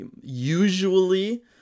usually